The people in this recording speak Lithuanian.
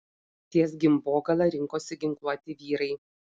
ties gimbogala rinkosi ginkluoti vyrai